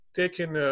taking